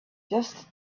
just